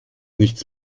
nichts